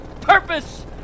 purpose